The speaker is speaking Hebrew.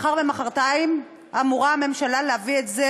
מחר ומחרתיים אמורה הממשלה להביא את זה